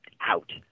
out